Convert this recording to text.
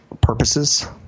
purposes